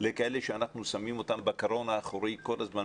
לכאלה שאנחנו שמים אותם בקרון האחורי כל הזמן,